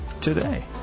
today